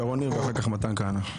שרון ניר, ואחר כך מתן כהנא.